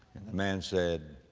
the man said,